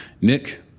nick